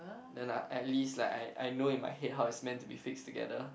then I at least like I I know in my head how it's meant to be fix together